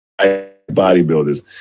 bodybuilders